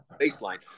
baseline